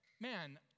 man